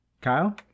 Kyle